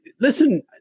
listen